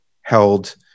held